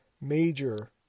major